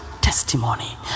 testimony